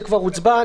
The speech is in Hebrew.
זה כבר הוצבע.